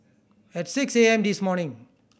at six A M this morning